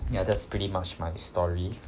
ya that's pretty much my story